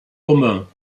communs